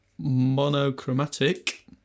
Monochromatic